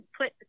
put